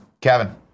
Kevin